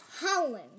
howling